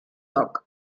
toc